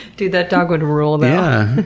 dude, that dog would rule though. yeah,